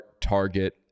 Target